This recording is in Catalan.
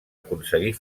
aconseguir